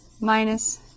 minus